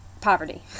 poverty